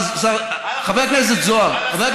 אבל איך אנחנו